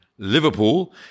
Liverpool